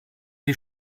die